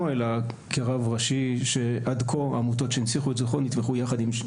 אלא כרב ראשי שעד כה עמותות שהנציחו את זכרו נתמכו יחד עם כל